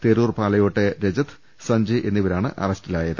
തെരൂർ പാലയോട്ടെ രജത് സഞ്ജയ് എന്നിവരാണ് അറസ്റ്റിലായത്